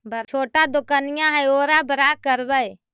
छोटा दोकनिया है ओरा बड़ा करवै?